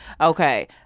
okay